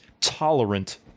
tolerant